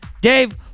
Dave